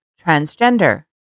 transgender